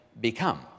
become